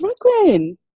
Brooklyn